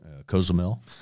Cozumel